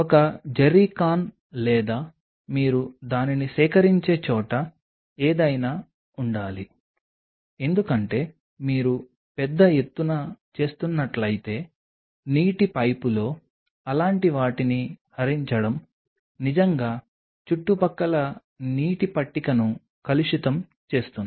ఒక జెర్రీకాన్ లేదా మీరు దానిని సేకరించే చోట ఏదైనా ఉండాలి ఎందుకంటే మీరు పెద్ద ఎత్తున చేస్తున్నట్లయితే నీటి పైపులో అలాంటి వాటిని హరించడం నిజంగా చుట్టుపక్కల నీటి పట్టికను కలుషితం చేస్తుంది